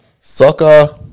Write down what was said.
Soccer